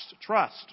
trust